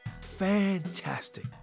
fantastic